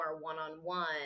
one-on-one